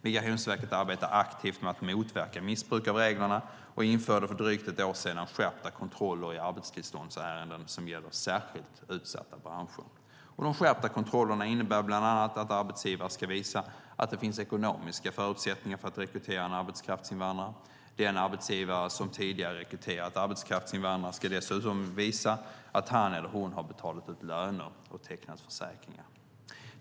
Migrationsverket arbetar aktivt med att motverka missbruk av reglerna och införde för drygt ett år sedan skärpta kontroller i arbetstillståndsärenden som gäller särskilt utsatta branscher. De skärpta kontrollerna innebär bland annat att arbetsgivaren ska visa att det finns ekonomiska förutsättningar för att rekrytera en arbetskraftsinvandrare. Den arbetsgivare som tidigare rekryterat arbetskraftsinvandrare ska dessutom visa att han eller hon har betalat ut löner och tecknat försäkringar.